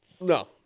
No